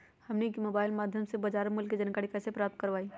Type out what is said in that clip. हमनी के मोबाइल के माध्यम से बाजार मूल्य के जानकारी कैसे प्राप्त करवाई?